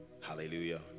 Hallelujah